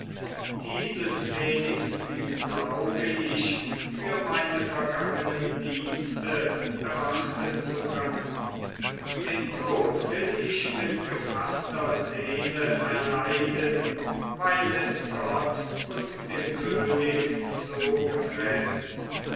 dieses wenigstens glaube ich für meine vergangenen dienste erwarten zu können den tod will ich mit gefaßter seele erleiden weil es gott und dem könig so gefällt